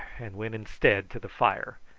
and went instead to the fire,